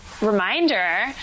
reminder